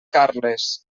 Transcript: carles